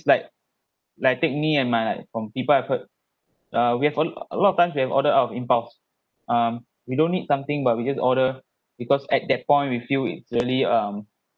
like like take me and my like from people I've heard uh we have a a lot of times we have ordered out of impulse um we don't need something but we just order because at that point we feel its really um